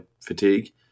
fatigue